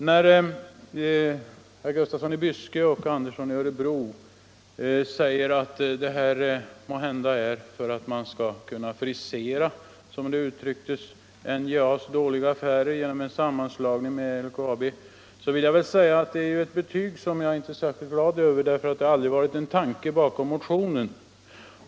Herr Gustafsson i Byske och herr Andersson i Örebro säger att en sammanslagning med LKAB måhända är till för att NJA:s dåliga affärer skall kunna friseras, som det uttrycktes. Det betyget är jag inte särskilt glad över därför att det aldrig har varit tanken bakom motionen.